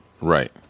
Right